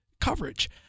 coverage